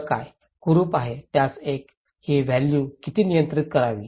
तर काय कुरुप आहे त्यास एक ही व्हॅल्यूज कशी नियंत्रित करावी